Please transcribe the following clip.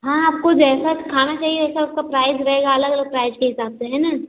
हाँ आपको जैसा खाना चाहिए वैसा उसका प्राइज़ रहेगा अलग अलग प्राइज़ के हिसाब से है ना